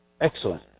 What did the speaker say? Excellent